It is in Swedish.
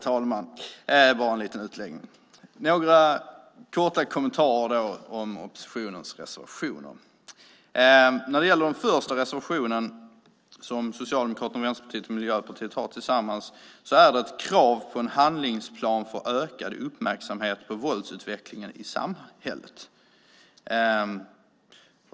Jag har några korta kommentarer till oppositionens reservationer. När det gäller den första reservationen, som Socialdemokraterna, Vänsterpartiet och Miljöpartiet har tillsammans, ställs det krav på en handlingsplan för ökad uppmärksamhet på våldsutvecklingen i samhället.